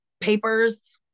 papers